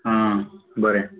आं बरें